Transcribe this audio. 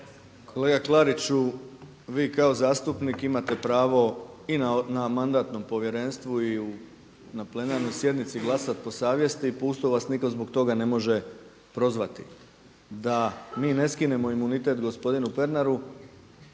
Kolega Klariću, vi kao zastupnik imate pravo i na Mandatnom povjerenstvu i na plenarnoj sjednici glasati po savjeti i po Ustavu vas nitko ne može zbog toga prozvati. Da mi ne skinemo imunitet gospodinu Pernaru,